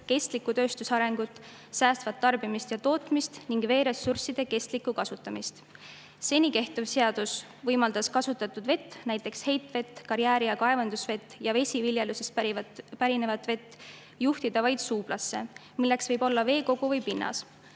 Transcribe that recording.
kestlikku tööstuse arengut, säästvat tarbimist ja tootmist ning veeressursside kestlikku kasutamist. Seni kehtiv seadus võimaldab kasutatud vett, näiteks heitvett, karjääri- ja kaevandusvett ja vesiviljelusest pärinevat vett juhtida, vaid suublasse, milleks võib olla veekogu või pinnas.